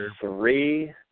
three